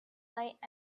light